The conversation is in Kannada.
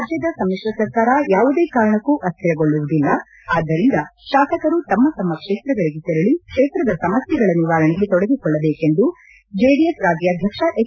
ರಾಜ್ಯದ ಸಮ್ಮಿಶ್ರ ಸರ್ಕಾರ ಯಾವುದೇ ಕಾರಣಕ್ಕೂ ಅಸ್ದಿರಗೊಳ್ಳುವುದಿಲ್ಲ ಆದ್ದರಿಂದ ಶಾಸಕರು ತಮ್ಮ ತಮ್ಮ ಕ್ಷೇತ್ರಗಳಿಗೆ ತೆರಳಿ ಕ್ಷೇತ್ರದ ಸಮಸ್ಯೆಗಳ ನಿವಾರಣೆಗೆ ತೊಡಗಿಕೊಳ್ಳಬೇಕೆಂದು ಜೆಡಿಎಸ್ ರಾಜ್ಯಾಧ್ಯಕ್ಷ ಎಚ್